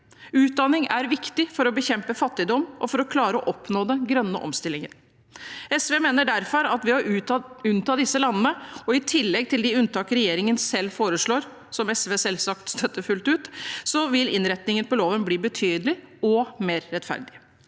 Utdanning er viktig for å bekjempe fattigdom og for å klare å oppnå den grønne omstillingen. SV mener derfor at ved å unnta disse landene – i tillegg til de unntak regjeringen selv foreslår, som SV selvsagt støtter fullt ut – vil innretningen på loven bli betydelig bedre og mer rettferdig.